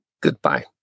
Goodbye